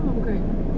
做么不可以